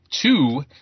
two